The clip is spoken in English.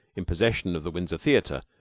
in possession of the windsor theater,